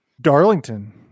Darlington